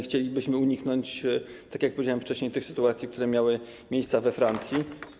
Chcielibyśmy uniknąć, tak jak powiedziałem wcześniej, tych sytuacji, które miały miejsce we Francji.